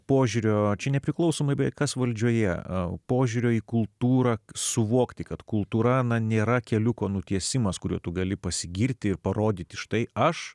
požiūrio čia nepriklausomai kas valdžioje o požiūrio į kultūrą suvokti kad kultūra nėra keliuko nutiesimas kuriuo tu gali pasigirti ir parodyti štai aš